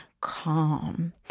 calm